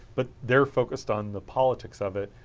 but there focused on the politics of it.